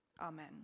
Amen